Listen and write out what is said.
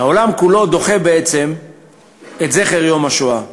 שהעולם כולו דוחה בעצם את זכר השואה.